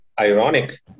ironic